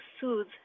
soothe